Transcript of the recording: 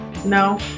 No